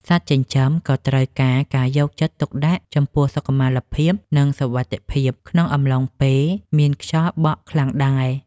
សត្វចិញ្ចឹមក៏ត្រូវការការយកចិត្តទុកដាក់ចំពោះសុខុមាលភាព និង សុវត្ថិភាពក្នុងអំឡុងពេលមានខ្យល់បក់ខ្លាំងដែរ។